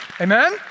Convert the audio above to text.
Amen